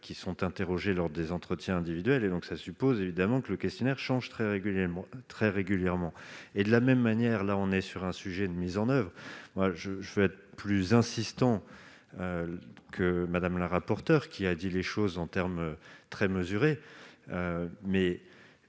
qui sont interrogés lors des entretiens individuels, donc cela suppose que le questionnaire change très régulièrement. De la même manière, il s'agit ici d'une question de mise en oeuvre. Je serai plus insistant que Mme la rapporteure, qui a dit les choses en termes très mesurés